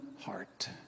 heart